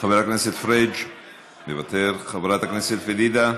חבר הכנסת פריג' מוותר, חברת הכנסת פדידה,